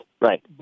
right